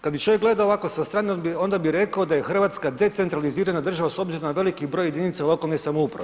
Kad bi čovjek gledao ovako sa strane onda bi rekao da je Hrvatska decentralizirana država s obzirom na veliki broj jedinica lokalne samouprave.